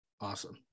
Awesome